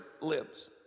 lives